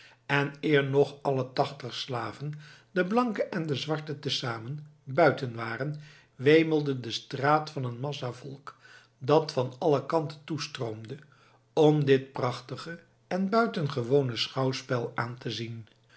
en eer nog alle tachtig slaven de blanke en de zwarte te zamen buiten waren wemelde de straat van een massa volk dat van alle kanten toestroomde om dit prachtige en buitengewone schouwspel aan te zien